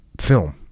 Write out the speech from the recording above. film